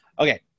Okay